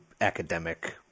academic